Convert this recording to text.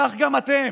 כך גם אתם,